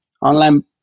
online